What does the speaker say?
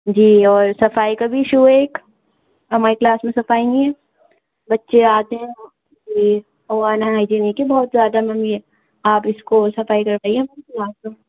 جی اور صفائی کا بھی ایشو ہے ایک ہماری کلاس میں صفائی نہیں ہے بچے آتے ہیں جی ہائی جین کی بہت زیادہ نمی ہے آپ اس کو صفائی کروائیے ہماری کلاس کو